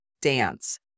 dance